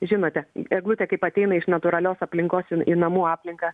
žinote eglutė kaip ateina iš natūralios aplinkos į namų aplinką